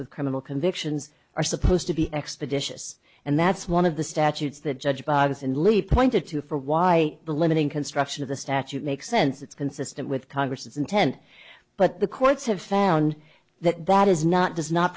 with criminal convictions are supposed to be expeditious and that's one of the statutes that judge barnes and lee pointed to for why the limiting construction of the statute makes sense it's consistent with congress's intent but the courts have found that that is not does not